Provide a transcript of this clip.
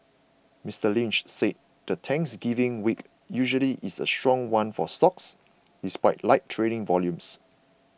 Mister Lynch said the Thanksgiving week usually is a strong one for stocks despite light trading volumes